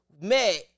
met